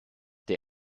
der